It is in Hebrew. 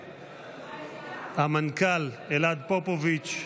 והמנכ"ל אלעד פופוביץ',